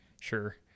Sure